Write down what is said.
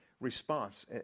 response